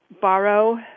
borrow